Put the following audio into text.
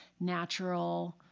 natural